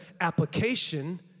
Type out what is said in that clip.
application